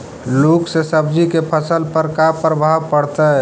लुक से सब्जी के फसल पर का परभाव पड़तै?